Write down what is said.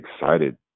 excited